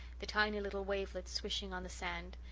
the tiny little wavelets swishing on the sand,